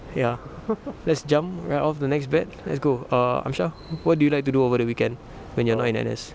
ya let's jump right of the next bed let's go err amshar what do you like to do over the weekend when you're not in N_S